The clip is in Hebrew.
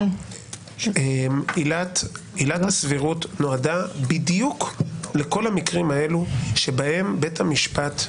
עילת הסבירות נועדה בדיוק לכל המקרים האלו שבהם בית המשפט,